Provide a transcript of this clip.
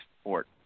sport